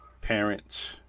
parents